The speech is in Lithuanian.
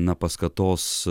na paskatos